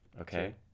Okay